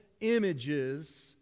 images